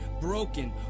broken